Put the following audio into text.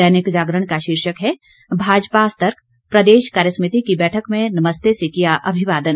दैनिक जागरण का शीर्षक है भाजपा सतर्क प्रदेश कार्यसमिति की बैठक में नमस्ते से किया अभिवादन